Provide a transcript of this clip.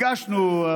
הגשנו,